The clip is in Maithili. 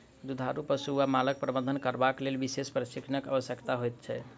दुधारू पशु वा मालक प्रबंधन करबाक लेल विशेष प्रशिक्षणक आवश्यकता होइत छै